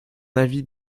avis